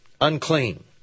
unclean